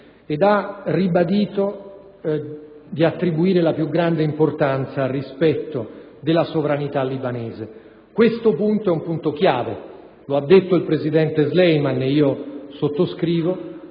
e ha ribadito di attribuire la più grande importanza al rispetto della sovranità libanese. Si tratta di un punto chiave: come ha detto il presidente Sleiman - e io lo sottoscrivo